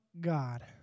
God